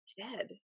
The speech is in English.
dead